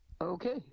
okay